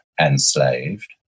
enslaved